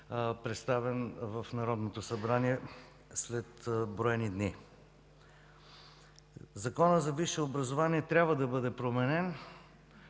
представен в Народното събрание след броени дни. Законът за висшето образование трябва да бъде променен